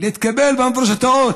להתקבל לאוניברסיטאות.